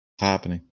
Happening